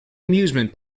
amusement